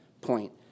point